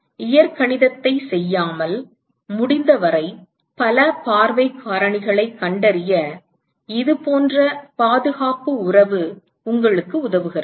எனவே இயற்கணிதத்தைச் செய்யாமல் முடிந்தவரை பல பார்வைக் காரணிகளைக் கண்டறிய இதுபோன்ற பாதுகாப்பு உறவு உங்களுக்கு உதவுகிறது